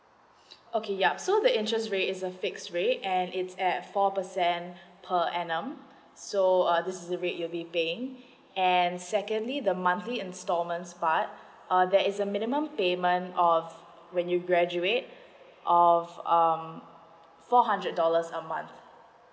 okay ya so the interest rate is a fixed rate and it's at four percent per annum so uh this is rate you'll be paying and secondly the monthly instalments part uh there is a minimum payment of when you graduate of um four hundred dollars a month